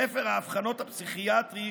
ספר האבחנות הפסיכיאטרי,